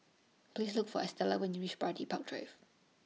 Please Look For Estela when YOU REACH Bidadari Park Drive